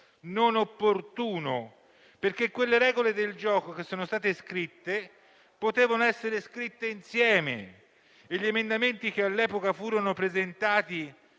non opportuno perché quelle regole del gioco inserite potevano essere scritte insieme. E gli emendamenti, che all'epoca furono presentati